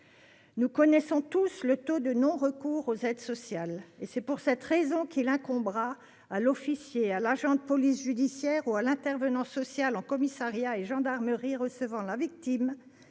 Nous connaissons tous le taux de non-recours aux aides sociales. C'est pour cette raison qu'il incombera soit à l'officier ou l'agent de police judiciaire, soit à l'intervenant social en commissariat et gendarmerie recevant la victime